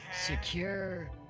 secure